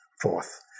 forth